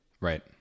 right